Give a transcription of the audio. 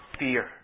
fear